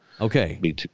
Okay